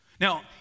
Now